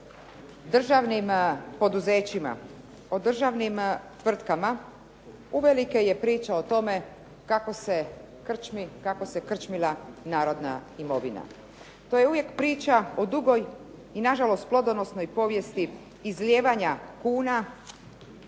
o državnim poduzećima, o državnim tvrtkama, uvelike je priča o tome kako se krčmila narodna imovina, to je uvijek priča o dugoj i na žalost plodonosnoj povijesti izlijevanja kuna